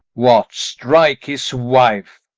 what, strike his wife!